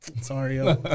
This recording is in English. Sorry